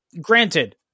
granted